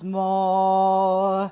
more